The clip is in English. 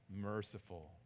merciful